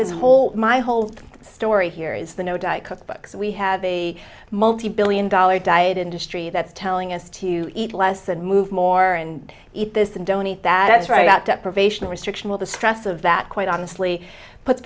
this whole my whole story here is the no diet cookbooks we have a multi billion dollar diet industry that's telling us to eat less and move more and eat this and don't eat that is right about deprivation restriction all the stress of that quite honestly puts